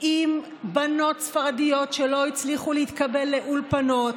עם בנות ספרדיות שלא הצליחו להתקבל לאולפנות,